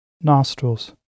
nostrils